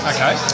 Okay